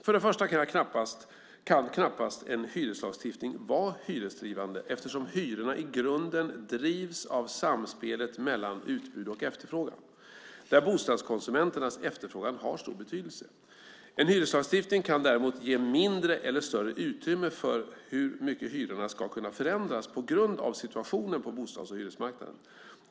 För det första kan knappast en hyreslagstiftning vara hyresdrivande eftersom hyrorna i grunden drivs av samspelet mellan utbud och efterfrågan där bostadskonsumenternas efterfrågan har stor betydelse. En hyreslagstiftning kan däremot ge mindre eller större utrymme för hur mycket hyrorna ska kunna förändras på grund av situationen på bostads och hyresmarknaderna.